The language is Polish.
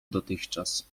dotychczas